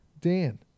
dan